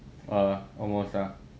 err almost lah